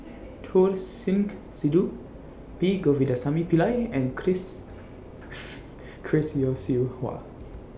Choor Singh Sidhu P Govindasamy Pillai and Chris Chris Yeo Siew Hua